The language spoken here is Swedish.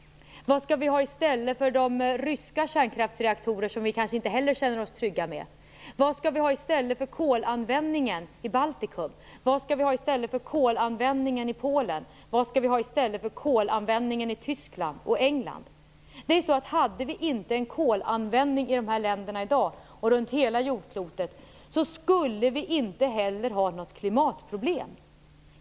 Vad skall vi ha i stället för de ryska kärnkraftsreaktorer, som vi kanske inte heller känner oss trygga med? Vad skall vi ha i stället för kolanvändningen i Baltikum? Vad skall vi ha i stället för kolanvändningen i Polen, Tyskland och England? Hade vi inte kolanvändning i dessa länder i dag och runt hela jordklotet skulle vi inte heller ha något klimatproblem.